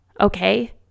Okay